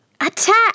Attack